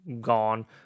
gone